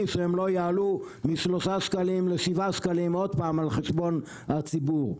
שהם לא יעלו מ-3 שקלים ל-7 שקלים עוד פעם על חשבון הציבור.